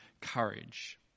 courage